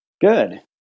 Good